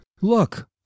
Look